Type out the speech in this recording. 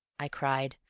i cried.